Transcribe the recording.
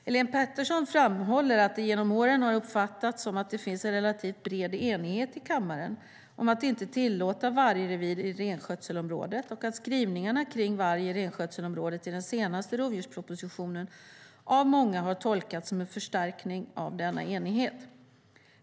Helén Pettersson framhåller att det genom åren har uppfattats som att det finns en relativt bred enighet i kammaren om att inte tillåta vargrevir i renskötselområdet och att skrivningarna kring varg i renskötselområdet i den senaste rovdjurspropositionen av många har tolkats som en förstärkning av denna enighet.